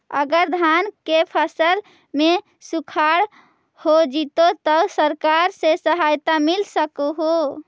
अगर धान के फ़सल में सुखाड़ होजितै त सरकार से सहायता मिल सके हे?